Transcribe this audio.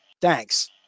Thanks